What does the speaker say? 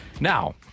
Now